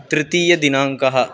तृतीयदिनाङ्कः